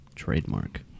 trademark